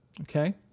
Okay